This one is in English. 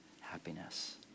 happiness